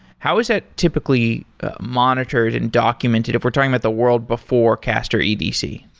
how is that typically monitored and documented, if we're talking about the world before castor edc?